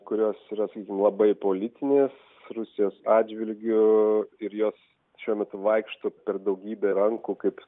kurios yra labai politinės rusijos atžvilgiu ir jos šiuo metu vaikšto per daugybę rankų kaip